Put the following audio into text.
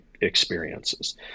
Experiences